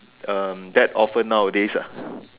um that often nowadays ah